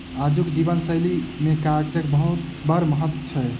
आजुक जीवन शैली मे कागजक बड़ महत्व छै